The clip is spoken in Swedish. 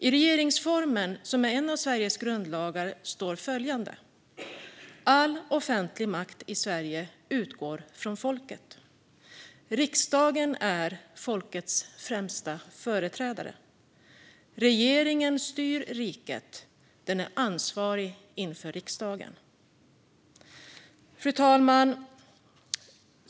I regeringsformen, som är en av Sveriges grundlagar, står följande: "All offentlig makt i Sverige utgår från folket." "Riksdagen är folkets främsta företrädare." "Regeringen styr riket. Den är ansvarig inför riksdagen." Fru talman!